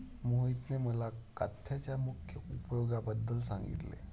मोहितने मला काथ्याच्या मुख्य उपयोगांबद्दल सांगितले